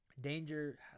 danger